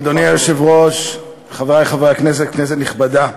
אדוני היושב-ראש, חברי חברי הכנסת, כנסת נכבדה,